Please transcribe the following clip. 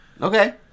Okay